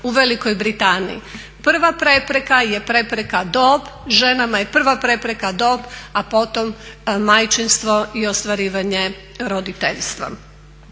u Velikoj Britaniji. Prva prepreka je prepreka dob, ženama je prva prepreka dob, a potom majčinstvo i ostvarivanje roditeljstva.